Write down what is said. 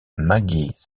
maggie